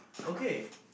okay